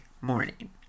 morning